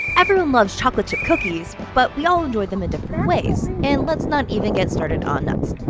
everyone loves chocolate chip cookies, but we all enjoy them in different ways. and let's not even get started on nuts.